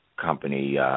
company